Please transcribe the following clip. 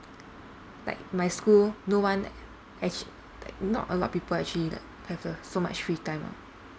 like my school no one actuall~ like not a lot of people actually like have the so much free time lah